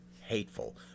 hateful